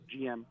GM